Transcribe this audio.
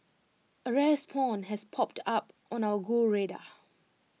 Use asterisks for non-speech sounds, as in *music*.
*noise* A rare spawn has popped up on our go radar